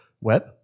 Web